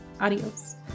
Adios